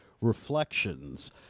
Reflections